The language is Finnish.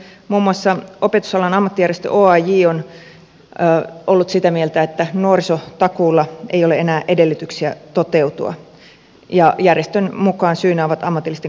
muun muassa opetusalan ammattijärjestö oaj on ollut sitä mieltä että nuorisotakuulla ei ole enää edellytyksiä toteutua ja järjestön mukaan syynä ovat ammatillisten koulutuspaikkojen leikkaukset